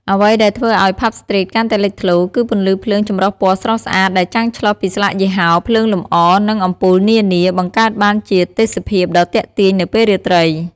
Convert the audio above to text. អ្វីដែលធ្វើឲ្យ ផាប់ ស្ទ្រីត កាន់តែលេចធ្លោ គឺ ពន្លឺភ្លើងចម្រុះពណ៌ស្រស់ស្អាត ដែលចាំងឆ្លុះពីស្លាកយីហោ ភ្លើងលម្អ និងអំពូលនានា បង្កើតបានជាទេសភាពដ៏ទាក់ទាញនៅពេលរាត្រី។